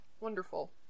wonderful